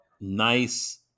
Nice